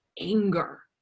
anger